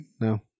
No